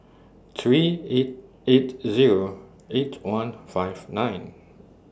three eight eight Zero eight one five nine